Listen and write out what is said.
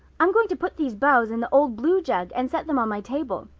i'm going to put these boughs in the old blue jug and set them on my table.